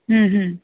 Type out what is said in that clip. হুম হুম